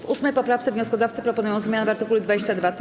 W 8. poprawce wnioskodawcy proponują zmianę w art. 22t.